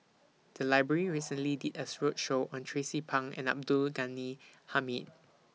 The Library recently did A roadshow on Tracie Pang and Abdul Ghani Hamid